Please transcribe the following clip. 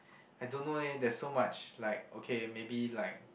I don't know eh there's so much like okay maybe like